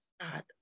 God